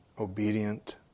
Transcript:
obedient